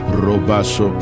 robaso